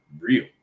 real